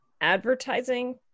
advertising